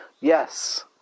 Yes